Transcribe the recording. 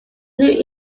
new